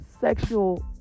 sexual